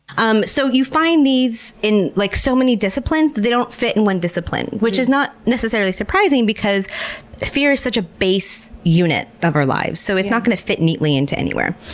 um so you find these in like so many disciplines that they don't fit in one discipline, which is not necessarily surprising because fear is such a base unit of our lives. so it's not gonna fit neatly into anywhere.